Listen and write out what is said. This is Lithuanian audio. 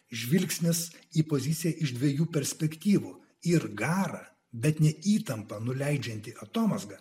žvilgsnis į poziciją iš dviejų perspektyvų ir garą bet ne įtampą nuleidžianti atomazga